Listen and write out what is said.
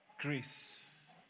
grace